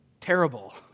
terrible